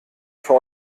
für